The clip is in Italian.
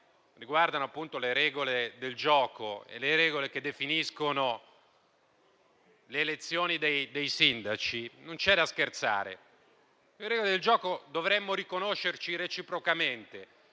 riguardano appunto le regole del gioco e le regole che definiscono le elezioni dei sindaci, non c'è da scherzare. Sulle regole del gioco dovremmo riconoscerci reciprocamente.